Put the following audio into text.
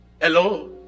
hello